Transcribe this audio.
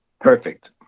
Perfect